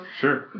Sure